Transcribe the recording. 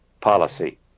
policy